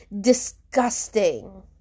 disgusting